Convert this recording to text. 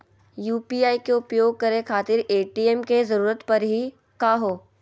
UPI के उपयोग करे खातीर ए.टी.एम के जरुरत परेही का हो?